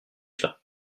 cela